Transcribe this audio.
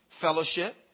Fellowship